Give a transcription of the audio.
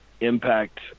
impact